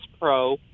pro